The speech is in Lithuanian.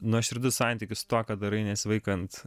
nuoširdus santykis tuo ką darai nesivaikant